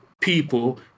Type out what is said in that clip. people